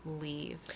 leave